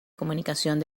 comunicación